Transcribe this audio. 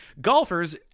golfers